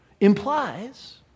implies